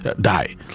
die